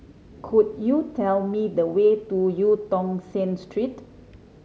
could you tell me the way to Eu Tong Sen Street